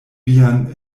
vian